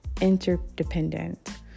interdependent